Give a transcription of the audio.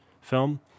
film